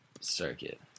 circuit